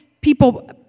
people